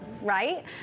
right